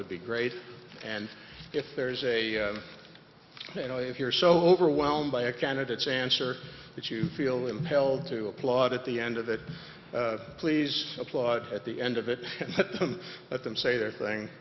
would be great and if there's a you know if you're so overwhelmed by a candidates answer that you feel impelled to applaud at the end of it please applaud at the end of it let them say their thing